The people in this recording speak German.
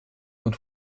und